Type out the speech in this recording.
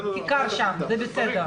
כי קר שם, זה בסדר.